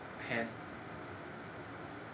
pan